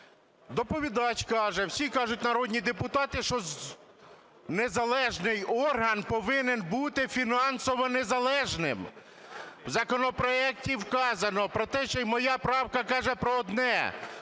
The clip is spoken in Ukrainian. Доповідач каже, всі кажуть народні депутати, що незалежний орган повинен бути фінансово незалежним. У законопроекті вказано про те, що, й моя правка каже про одне,